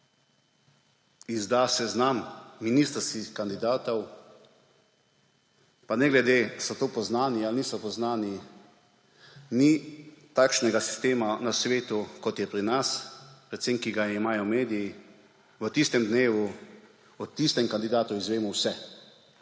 izda seznam ministrskih kandidatov, pa ne glede, ali so to poznani ali niso poznani, ni takšnega sistema na svetu, kot je pri nas, predvsem ki ga imajo mediji: v tistem dnevu o tistem kandidatu izvemo vse,